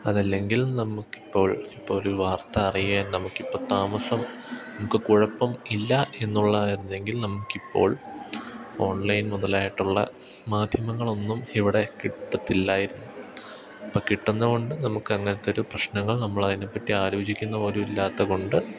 അതല്ലെങ്കിൽ നമുക്കിപ്പോൾ ഇപ്പോള് ഒരു വാർത്ത അറിയാൻ നമുക്കിപ്പോള് താമസം നമുക്കു കുഴപ്പമില്ല എന്നുള്ളതായിരുന്നെങ്കിൽ നമുക്കിപ്പോൾ ഓൺലൈൻ മുതലായിട്ടുള്ള മാധ്യമങ്ങളൊന്നും ഇവിടെ കിട്ടത്തില്ലായിരുന്നു ഇപ്പോള് കിട്ടുന്നതുകൊണ്ട് നമുക്കങ്ങനത്തൊരു പ്രശ്നങ്ങൾ നമ്മളതിനെപ്പറ്റി ആലോചിക്കുന്നതുപോലും ഇല്ലാത്തതു കൊണ്ട്